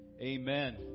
Amen